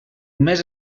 més